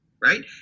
right